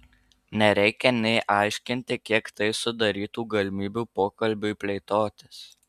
nereikia nė aiškinti kiek tai sudarytų galimybių pokalbiui plėtotis